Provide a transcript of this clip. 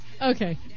Okay